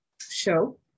show